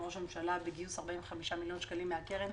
ראש הממשלה וגיוס 45 מיליון שקלים מהקרן,